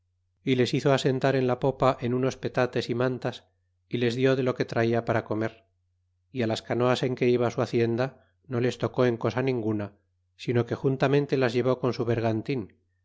y les hizo asentar en la popa en unos petates y mantas y les dió de lo que traia para comer y las canoas en que iba su hacienda no les tocó en cosa ninguna sino que juntamente las llevó con su bergantin